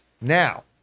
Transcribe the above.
Now